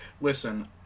listen